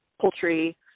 poultry